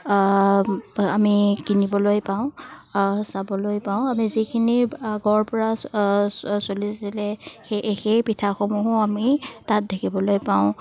আমি কিনিবলৈ পাওঁ চাবলৈ পাওঁ আমি যিখিনি আগৰ পৰা চলিছিলে সেই সেই পিঠাসমূহো আমি তাত দেখিবলৈ পাওঁ